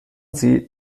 sie